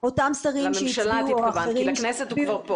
התכוונת לממשלה, כי לכנסת הוא כבר הגיע.